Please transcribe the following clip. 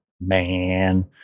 man